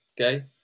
okay